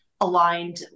aligned